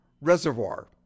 Reservoir